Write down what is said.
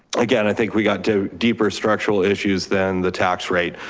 again, i think we got to deeper structural issues than the tax rate.